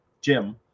Jim